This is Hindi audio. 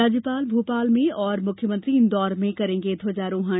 राज्यपाल भोपाल में और मुख्यमंत्री इंदौर में करेंगे ध्वजारोहण